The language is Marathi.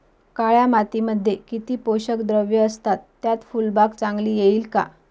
काळ्या मातीमध्ये किती पोषक द्रव्ये असतात, त्यात फुलबाग चांगली येईल का?